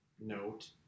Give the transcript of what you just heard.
note